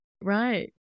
Right